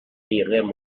erraient